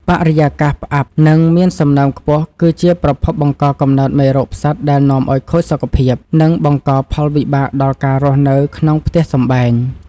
បរិយាកាសផ្អាប់ និង មានសំណើមខ្ពស់គឺជាប្រភពបង្កកំណើតមេរោគផ្សិតដែលនាំឱ្យខូចសុខភាព និង បង្កផលវិបាកដល់ការរស់នៅក្នុងផ្ទះសម្បែង។